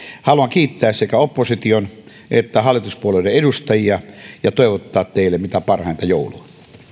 haluan kiittää sekä opposition että hallituspuolueiden edustajia ja toivottaa teille mitä parhainta joulua